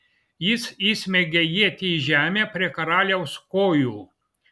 jis įsmeigia ietį į žemę prie karaliaus kojų